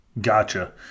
gotcha